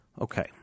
Okay